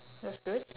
that's good